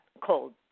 cold